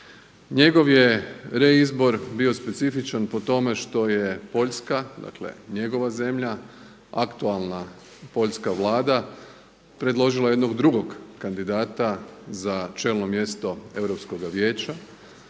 Njegov je reizbor bio specifičan po tome što je Poljska, dakle njegova zemlja aktualna poljska Vlada predložila jednog drugog kandidata za čelno mjesto Europskoga vijeća.